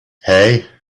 hey